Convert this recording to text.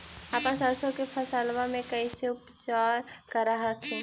अपन सरसो के फसल्बा मे कैसे उपचार कर हखिन?